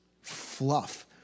fluff